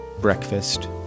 breakfast